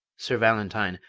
sir valentine,